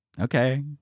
Okay